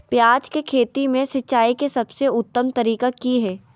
प्याज के खेती में सिंचाई के सबसे उत्तम तरीका की है?